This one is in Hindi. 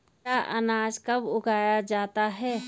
मोटा अनाज कब उगाया जाता है?